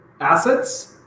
Assets